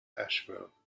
asheville